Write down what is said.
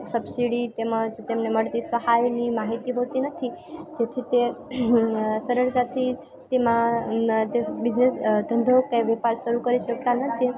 subsidy તેમજ તેમને મળતી સહાયની માહિતી હોતી નથી જેથી તે સરળતાથી તેમાં તે બિઝનેસ ધંધો કે વેપાર શરૂ કરી શકતા નથી